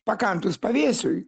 pakantūs pavėsiui